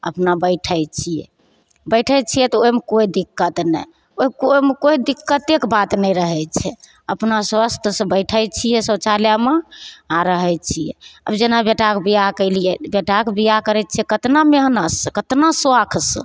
अपना बैठै छियै बैठै छियै तऽ ओहिमे कोइ दिक्कत नहि ओहिमे कोइ कोइ दिक्कतके बात नहि रहैत छै अपना स्वस्थसँ बैठैत छियै शौचालयमे आ रहैत छियै आब जेना बेटाके बिआह कैलियै बेटाक बिआह करैत छियै केतना मेहनत केतना सौखसँ